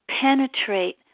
penetrate